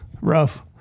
rough